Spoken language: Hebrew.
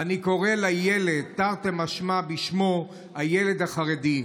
ואני קורא לילד, תרתי משמע, בשמו: הילד החרדי.